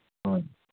ꯎꯝ